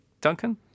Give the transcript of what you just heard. Duncan